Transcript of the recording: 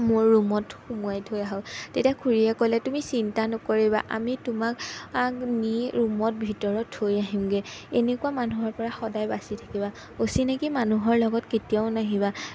মোৰ ৰুমত সুমুৱাই থৈ আহোঁ তেতিয়া খুৰীয়ে ক'লে তুমি চিন্তা নকৰিবা আমি তোমাক নি ৰুমত ভিতৰত থৈ আহিমগৈ এনেকুৱা মানুহৰ পৰা সদায় বাছি থাকিবা অচিনাকী মানুহৰ লগত কেতিয়াও নাহিবা